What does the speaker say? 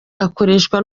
akoreshwa